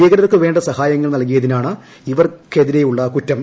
ഭീകരർക്ക് വേണ്ട സഹായങ്ങൾ നൽകിയതാണ് ഇവർക്കെതിരെയുള്ള കുറ്റം